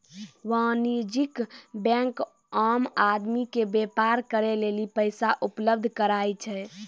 वाणिज्यिक बेंक आम आदमी के व्यापार करे लेली पैसा उपलब्ध कराय छै